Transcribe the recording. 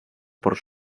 por